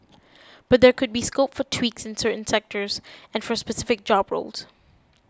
but there could be scope for tweaks in certain sectors and for specific job roles